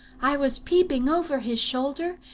i was peeping over his shoulder,